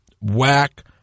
whack